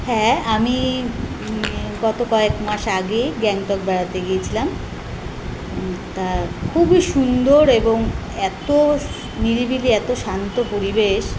হ্যাঁ আমি গত কয়েকমাস আগেই গ্যাংটক বেড়াতে গিয়েছিলাম তা খুবই সুন্দর এবং এতো নিরিবিলি এতো শান্ত পরিবেশ